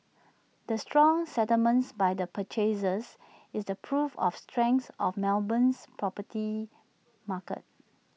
the strong settlements by the purchasers is the proof of the strength of Melbourne's property market